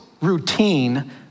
routine